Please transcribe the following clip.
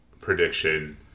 prediction